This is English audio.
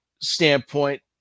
standpoint